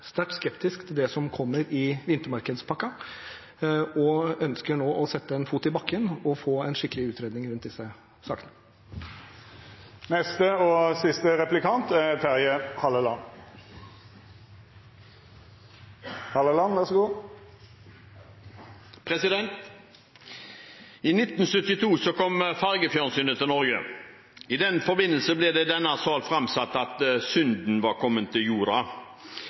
sterkt skeptiske til det som kommer i vintermarkedspakken, og ønsker nå å sette en fot i bakken og få en skikkelig utredning av disse sakene. I 1972 kom fargefjernsynet til Norge. I den forbindelse ble det i denne sal framstilt slik at synden hadde kommet til jorda.